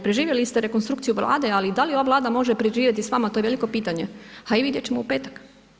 Preživjeli ste rekonstrukciju Vlade ali da li ova Vlada može preživjeti s vama, to je veliko pitanje a i vidjeti ćemo u petak.